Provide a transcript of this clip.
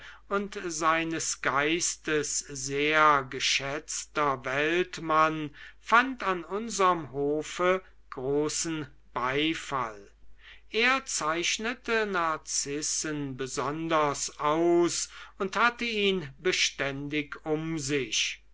und seines geistes sehr geschätzter weltmann fand an unserm hofe großen beifall er zeichnete narzissen besonders aus und hatte ihn beständig um sich